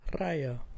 Raya